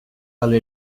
hala